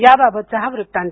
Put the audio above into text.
या बाबतचा हा वृत्तांत